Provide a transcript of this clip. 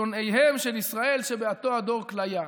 שונאיהן של ישראל שבאותו הדור כליה?"